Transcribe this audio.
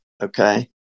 Okay